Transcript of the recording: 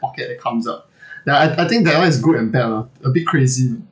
pocket that comes out ya I I think that one is good and bad lah a bit crazy